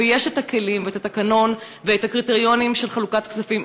ויש הכלים והתקנון והקריטריונים של חלוקת כספים.